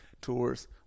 tours